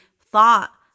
thought